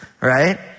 right